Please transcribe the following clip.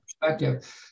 perspective